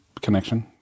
connection